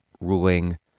ruling